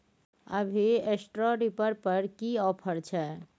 अभी straw reaper पर की ऑफर छै?